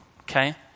okay